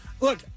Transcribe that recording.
Look